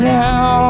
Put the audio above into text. now